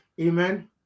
Amen